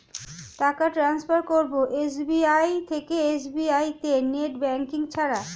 টাকা টান্সফার করব এস.বি.আই থেকে এস.বি.আই তে নেট ব্যাঙ্কিং ছাড়া?